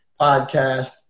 podcast